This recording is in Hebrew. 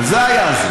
ואז,